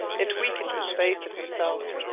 it weakened his faith in himself.